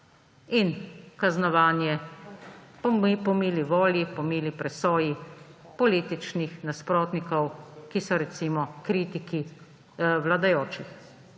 in kaznovanje po mili volji, po mili presoji političnih nasprotnikov, ki so recimo kritiki vladajočih.